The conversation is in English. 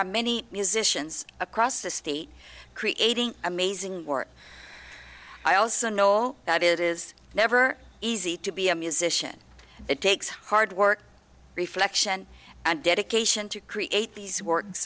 are many musicians across the city creating amazing work i also know that it is never easy to be a musician it takes hard work reflection and dedication to create these works